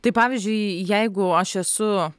taip pavyzdžiui jeigu aš esu